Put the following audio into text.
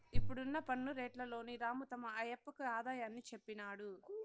ఇప్పుడున్న పన్ను రేట్లలోని రాము తమ ఆయప్పకు ఆదాయాన్ని చెప్పినాడు